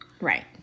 right